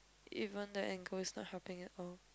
even that angle is not happening at all